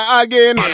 again